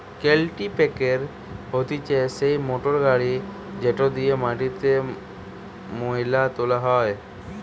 কাল্টিপ্যাকের হতিছে সেই মোটর গাড়ি যেটি দিয়া মাটিতে মোয়লা তোলা হয়